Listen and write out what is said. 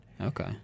Okay